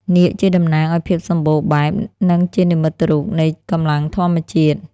នាគជាតំណាងឱ្យភាពសម្បូរបែប និងជានិមិត្តរូបនៃកម្លាំងធម្មជាតិ។